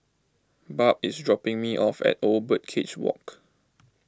Barb is dropping me off at Old Birdcage Walk